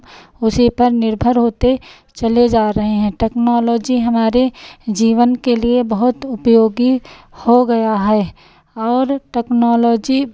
उसी पर निर्भर होते चले जा रहे हैं टेक्नोलॉजी हमारे जीवन के लिए बहुत उपयोगी हो गया है और टेक्नोलॉजी